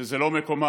שזה לא מקומם,